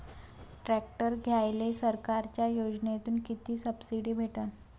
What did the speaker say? Tractor घ्यायले सरकारच्या योजनेतून किती सबसिडी भेटन?